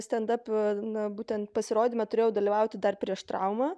stendap na būtent pasirodyme turėjau dalyvauti dar prieš traumą